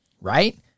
right